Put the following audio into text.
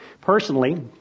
personally